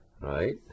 right